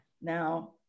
Now